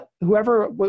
whoever